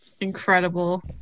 incredible